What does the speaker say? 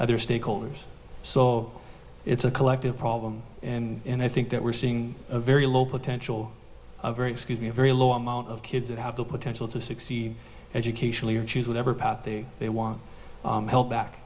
other stakeholders so it's a collective problem and i think that we're seeing a very low potential a very excuse me a very low amount of kids that have the potential to succeed educationally or choose whatever path they want help back